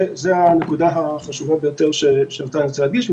זו הנקודה החשובה ביותר שאותה רציתי להדגיש,